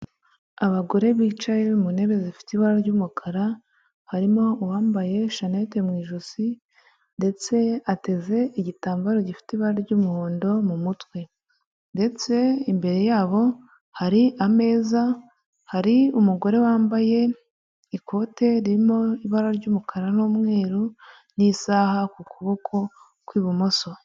Abagore bicaye mu ntebe zifite ibara ry'umukara harimo uwambaye shanete mu ijosi ndetse ateze igitambaro gifite ibara ry'umuhondo mu mutwe, ndetse imbere yabo hari ameza, hari umugore wambaye ikote ririmo ibara ry'umukara n'umweru n'isaha ku kuboko kw'ibumoso.